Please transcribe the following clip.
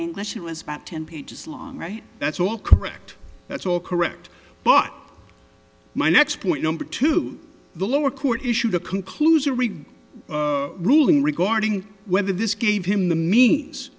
english it was about ten pages long right that's all correct that's all correct but my next point number two the lower court issued a conclusion ruling regarding whether this gave him the means